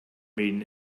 meeting